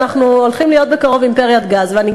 אנחנו הולכים להיות אימפריית גז בקרוב,